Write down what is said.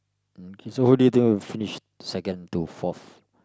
okay so who do you think will finish second to fourth